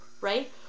Right